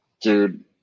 Dude